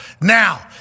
Now